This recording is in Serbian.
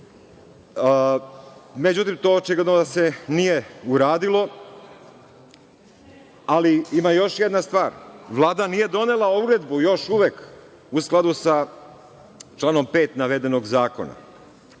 Međutim, to očigledno da se nije uradilo, ali ima još jedna stvar. Vlada nije donela uredbu još uvek u skladu sa članom 5. navedenog zakona. Mora